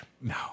No